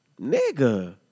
nigga